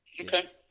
Okay